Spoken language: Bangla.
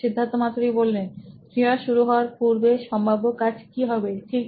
সিদ্ধার্থ মাতু রি সি ই ও নোইন ইলেক্ট্রনিক্স ক্রিয়া শুরু হওয়ার পূর্বে সম্ভাব্য কাজ কি হবেঠিক